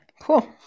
Cool